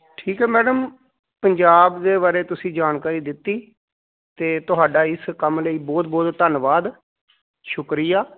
ਠੀਕ ਆ ਮੈਡਮ ਪੰਜਾਬ ਦੇ ਬਾਰੇ ਤੁਸੀਂ ਜਾਣਕਾਰੀ ਦਿੱਤੀ ਅਤੇ ਤੁਹਾਡਾ ਇਸ ਕੰਮ ਲਈ ਬਹੁਤ ਬਹੁਤ ਧੰਨਵਾਦ ਸ਼ੁਕਰੀਆ